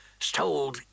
stole